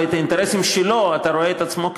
ואת האינטרסים שלו אתה רואה את עצמך כמייצג.